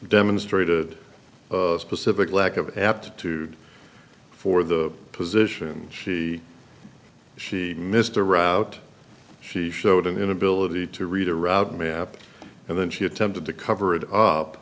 demonstrated specific lack of aptitude for the position she she missed a route she showed an inability to read a rabbit map and then she attempted to cover it up